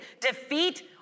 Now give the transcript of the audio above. Defeat